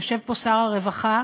יושב פה שר הרווחה,